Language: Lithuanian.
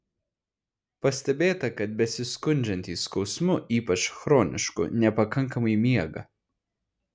pastebėta kad besiskundžiantys skausmu ypač chronišku nepakankamai miega